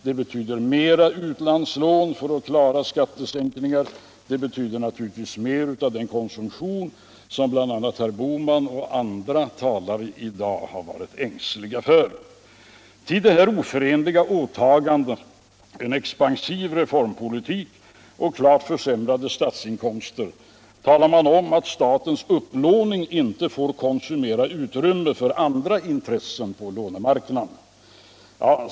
Det betyder mera utlandslån för att klara skattesänkningar, det betyder naturligtvis mer av den konsumtion som herr Bohman och andra talare i dag har varit ängsliga för. Till dessa oförenliga åtaganden - en expansiv reformpolitik och klart försämrade statsinkomster - kommer att man talar om utt staätens upplåning inte får konsumera utrymme för andra intressen på lånemarknaden.